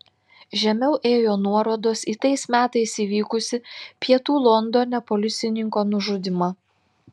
žemiau ėjo nuorodos į tais metais įvykusį pietų londone policininko nužudymą